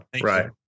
right